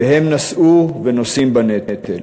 והם נשאו ונושאים בנטל.